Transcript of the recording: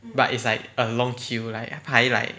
but it's like a long queue like 排 like